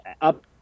up